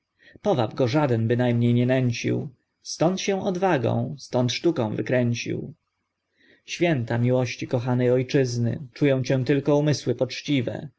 go żaden bynajmniej nie nęcił ztąd się odwagą ztąd sztuką wykręcił święta miłości kochanej ojczyzny czują cię tylko umysły poczciwe